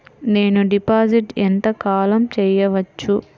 నేను డిపాజిట్ ఎంత కాలం చెయ్యవచ్చు?